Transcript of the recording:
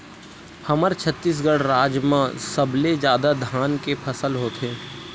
हमर छत्तीसगढ़ राज म सबले जादा धान के फसल होथे